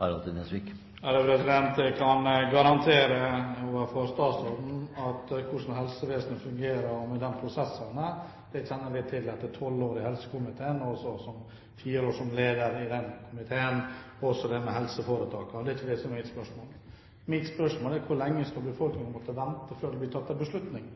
Jeg kan garantere overfor statsråden hvordan helsevesenet fungerer med hensyn til prosessene. Det kjenner jeg litt til etter tolv år i helsekomiteen og fire år som leder av den – dette gjelder også i helseforetakene. Det er ikke det som er mitt spørsmål. Mitt spørsmål er: Hvor lenge skal befolkningen måtte vente før det blir tatt en beslutning?